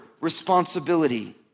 responsibility